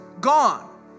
gone